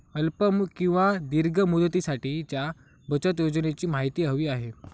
अल्प किंवा दीर्घ मुदतीसाठीच्या बचत योजनेची माहिती हवी आहे